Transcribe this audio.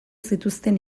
zituzten